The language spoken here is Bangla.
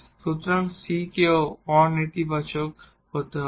সুতরাং এই c কেও অ নেতিবাচক হতে হবে